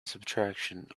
subtraction